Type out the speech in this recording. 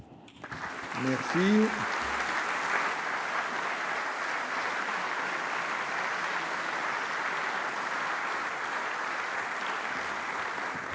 Merci